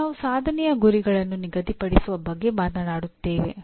ಈಗ ನಾವು ಸಾಧನೆಯ ಗುರಿಗಳನ್ನು ನಿಗದಿಪಡಿಸುವ ಬಗ್ಗೆ ಮಾತನಾಡುತ್ತೇವೆ